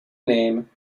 name